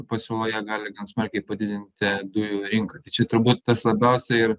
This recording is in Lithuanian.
pasiūloje gali gan smarkiai padidinti dujų rinką tai čia turbūt tas labiausiai ir